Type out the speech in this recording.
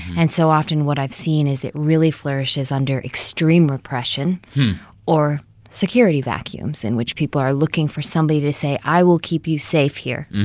and so often what i've seen is it really flourishes under extreme repression or security vacuums in which people are looking for somebody to say, i will keep you safe here.